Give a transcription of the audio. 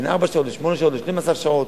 בין ארבע שעות לשמונה שעות ל-12 שעות.